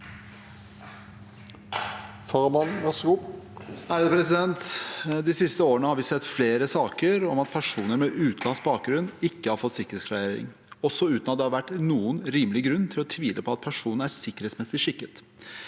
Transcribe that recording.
«De siste åre- ne har vi sett flere saker om at personer med utenlandsk bakgrunn ikke har fått sikkerhetsklarering, også uten at det har vært noen rimelig grunn til å tvile på at personen er sikkerhetsmessig skikket.